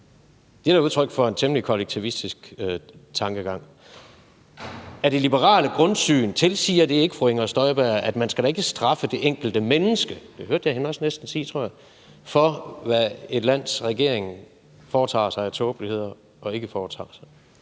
Det er da udtryk for en temmelig kollektivistisk tankegang. Tilsiger det liberale grundsyn ikke, fru Inger Støjberg, at man da ikke skal straffe det enkelte menneske – det hørte jeg hende også næsten sige, tror jeg – for, hvad et lands regering foretager sig og ikke foretager sig